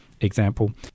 example